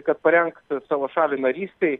kad parengtų savo šalį narystei